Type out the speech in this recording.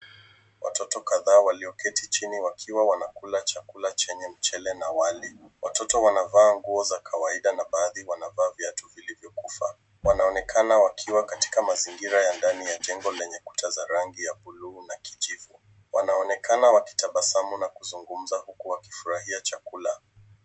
Watoto kadhaa walioketi chini wakiwa wanakula chakula chenye mchele na wali. Watoto wanavaa nguo za kawaida na baadhi wanavaa viatu vilivyokufa. Wanaonekana wakiwa katika mazingira ya ndani ya jengo lenye kuta za rangi ya buluu na kijivu. Wanaonekana wakitabasamu na kuzungumza huku wakifurahia chakula.